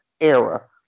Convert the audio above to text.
era